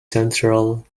central